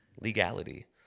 legality